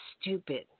stupid